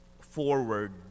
forward